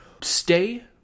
stay